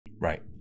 Right